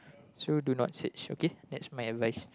so do not search okay that's my advice